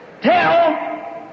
tell